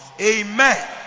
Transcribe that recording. Amen